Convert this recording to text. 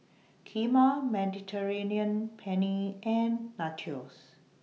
Kheema Mediterranean Penne and Nachos